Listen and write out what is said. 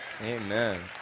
Amen